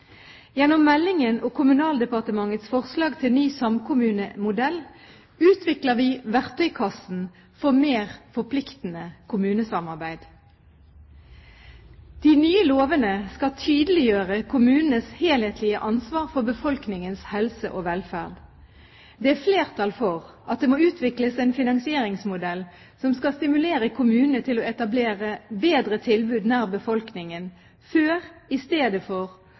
Gjennom meldingen og Kommunaldepartementets forslag til ny samkommunemodell utvikler vi verktøykassen for mer forpliktende kommunesamarbeid. De nye lovene skal tydeliggjøre kommunenes helhetlige ansvar for befolkningens helse og velferd. Det er flertall for at det må utvikles en finansieringsmodell som skal stimulere kommunene til å etablere bedre tilbud nær befolkningen – før, i stedet for